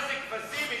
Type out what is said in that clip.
מה זה, כבשים?